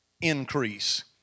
increase